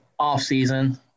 offseason